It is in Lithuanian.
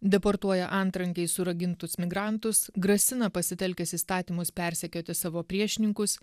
deportuoja antrankiais surakintus migrantus grasina pasitelkęs įstatymus persekioti savo priešininkus